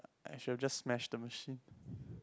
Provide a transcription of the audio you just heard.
I should have just smashed the machine